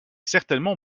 certainement